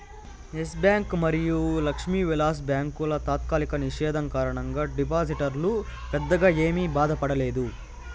yes bank మరియు లక్ష్మీ విలాస్ బ్యాంకుల తాత్కాలిక నిషేధం కారణంగా డిపాజిటర్లు పెద్దగా ఏమీ బాధపడలేదు